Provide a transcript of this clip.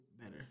better